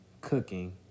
cooking